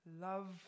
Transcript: love